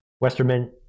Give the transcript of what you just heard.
Westerman